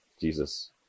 Jesus